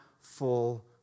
full